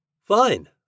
Fine